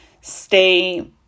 stay